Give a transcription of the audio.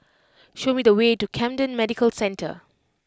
show me the way to Camden Medical Centre